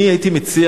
אני הייתי מציע